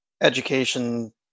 education